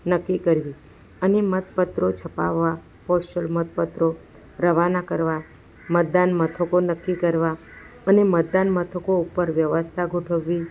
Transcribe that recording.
નક્કી કરવી અને મતપત્રો છપાવા પોસ્ચલ મતપત્રો રવાના કરવા મતદાન મથકો નક્કી કરવા અને મતદાન મથકો ઉપર વ્યવસ્થા ગોઠવવી